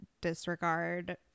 disregard